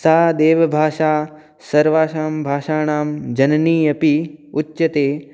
सा देवभाषा सर्वासां भाषाणां जननी अपि उच्यते